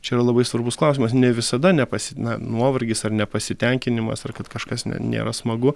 čia yra labai svarbus klausimas ne visada nepasi na nuovargis ar nepasitenkinimas ar kad kažkas ne nėra smagu